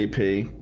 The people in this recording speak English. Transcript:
AP